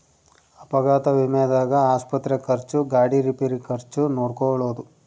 ಅಪಘಾತ ವಿಮೆದಾಗ ಆಸ್ಪತ್ರೆ ಖರ್ಚು ಗಾಡಿ ರಿಪೇರಿ ಖರ್ಚು ನೋಡ್ಕೊಳೊದು